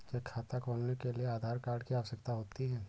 क्या खाता खोलने के लिए आधार कार्ड की आवश्यकता होती है?